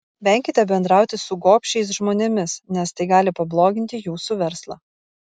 venkite bendrauti su gobšiais žmonėmis nes tai gali pabloginti jūsų verslą